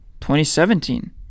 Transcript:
2017